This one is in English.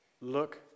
Look